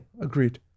agreed